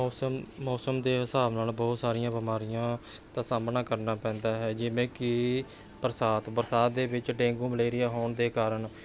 ਮੌਸਮ ਮੌਸਮ ਦੇ ਹਿਸਾਬ ਨਾਲ ਬਹੁਤ ਸਾਰੀਆਂ ਬਿਮਾਰੀਆਂ ਦਾ ਸਾਹਮਣਾ ਕਰਨਾ ਪੈਂਦਾ ਹੈ ਜਿਵੇਂ ਕਿ ਬਰਸਾਤ ਬਰਸਾਤ ਦੇ ਵਿੱਚ ਡੇਂਗੂ ਮਲੇਰੀਆ ਹੋਣ ਦੇ ਕਾਰਨ